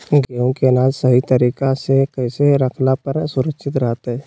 गेहूं के अनाज सही तरीका से कैसे रखला पर सुरक्षित रहतय?